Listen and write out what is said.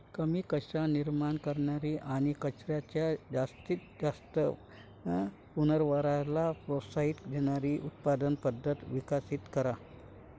कमी कचरा निर्माण करणारी आणि कचऱ्याच्या जास्तीत जास्त पुनर्वापराला प्रोत्साहन देणारी उत्पादन पद्धत विकसित करा